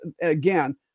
again